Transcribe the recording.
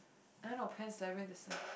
I don't know Pan's Labyrinth is like